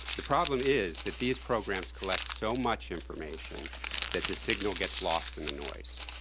the problem is that these programs collect so much information that the signal gets lost in the noise.